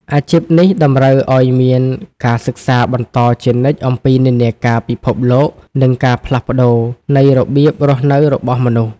អាជីពនេះតម្រូវឱ្យមានការសិក្សាបន្តជានិច្ចអំពីនិន្នាការពិភពលោក និងការផ្លាស់ប្តូរនៃរបៀបរស់នៅរបស់មនុស្ស។